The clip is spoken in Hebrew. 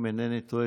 אם אינני טועה,